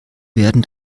werden